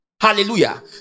Hallelujah